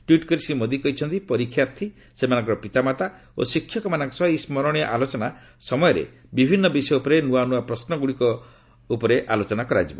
tweet କରି ଶ୍ରୀ ମୋଦି କହିଛନ୍ତି ପରୀକ୍ଷାର୍ଥୀ ସେମାନଙ୍କର ପିତାମାତା ଓ ଶିକ୍ଷକମାନଙ୍କ ସହ ଏହି ସ୍କରଣୀୟ ଆଲୋଚନା ସମୟରେ ବିଭିନ୍ନ ବିଷୟ ଉପରେ ନୂଆନୂଆ ପ୍ରଶ୍ନଗୁଡ଼ିକ ଉପରେ ଆଲୋଚନା ହେବ